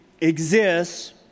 exists